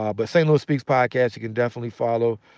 ah but st. louis speaks podcast, you can definitely follow,